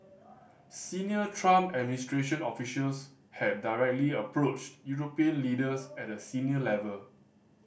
Senior Trump administration officials had directly approached European leaders at a senior level